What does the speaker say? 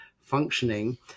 functioning